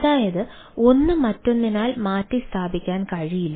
അതായത് ഒന്ന് മറ്റൊന്നിനാൽ മാറ്റിസ്ഥാപിക്കാൻ കഴിയില്ല